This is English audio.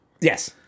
Yes